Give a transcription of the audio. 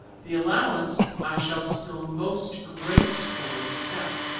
the allowance i shall still most gratefully accept.